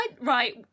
Right